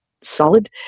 solid